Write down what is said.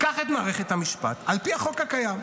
קח את מערכת המשפט, על פי החוק הקיים,